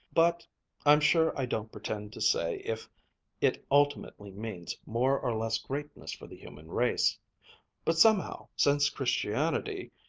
but i'm sure i don't pretend to say if it ultimately means more or less greatness for the human race but somehow since christianity,